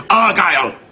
argyle